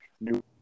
New